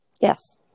Yes